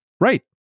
Right